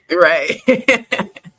Right